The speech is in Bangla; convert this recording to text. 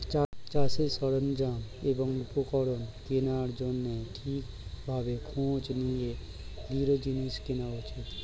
চাষের সরঞ্জাম এবং উপকরণ কেনার জন্যে ঠিক ভাবে খোঁজ নিয়ে দৃঢ় জিনিস কেনা উচিত